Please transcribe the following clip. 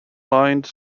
lined